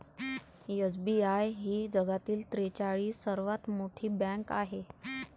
SBI ही जगातील त्रेचाळीस सर्वात मोठी बँक आहे